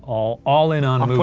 all all in on moose.